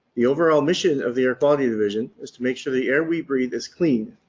the overall mission of the air quality division is to make sure the air we breathe is clean.